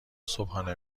صبحانه